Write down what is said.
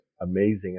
amazing